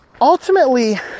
ultimately